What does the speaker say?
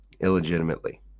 illegitimately